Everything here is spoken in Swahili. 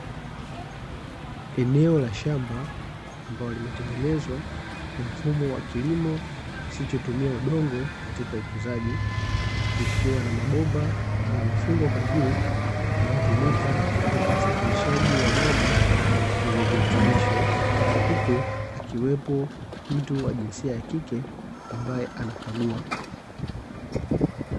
Eneo la shamba, ambalo limetengenezwa kwa mfumo wa kilimo kisichotumia udongo, katika ukuzaji. Likiwa na mabomba ambayo yamefungwa kwa juu, yanayotumika katika usafirishaji wa maji yenye virutubisho. Huku akiwepo mtu wa jinsia ya kike ambaye anakagua.